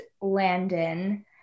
Landon